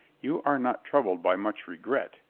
you are not troubled by much regret,